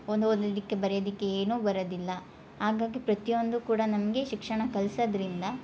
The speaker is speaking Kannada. ಒಂದು ಓದುದಿಕ್ಕೆ ಬರೆಯದಿಕ್ಕೆ ಏನೂ ಬರದಿಲ್ಲ ಹಾಗಾಗಿ ಪ್ರತಿಯೊಂದು ಕೂಡ ನಮಗೆ ಶಿಕ್ಷಣ ಕಲ್ಸದರಿಂದ